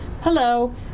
Hello